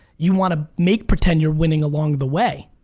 you wanna make pretend you're winning along the way.